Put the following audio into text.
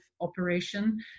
operation